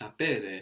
sapere